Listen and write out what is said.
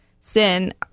sin